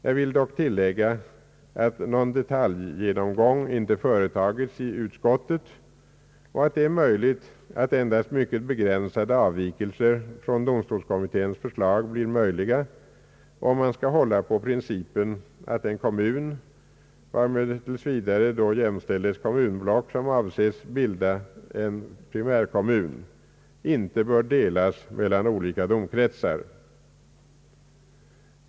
Jag vill dock tillägga att någon detaljgenomgång inte företagits i utskottet och att det är möjligt att endast mycket begränsade avvikelser från domstolskommitténs förslag blir möjliga, om man skall hålla på principen att en kommun — varmed tills vidare jämställs kommunblock som avses bilda en primärkommun — inte bör delas mellan olika domkretsar.